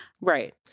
right